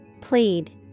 Plead